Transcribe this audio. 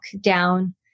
down